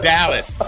Dallas